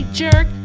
jerk